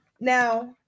Now